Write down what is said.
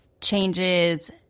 changes